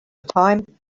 time